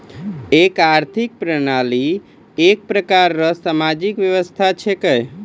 एक आर्थिक प्रणाली एक प्रकार रो सामाजिक व्यवस्था छिकै